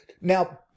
Now